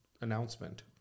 announcement